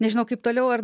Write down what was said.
nežinau kaip toliau ar